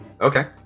Okay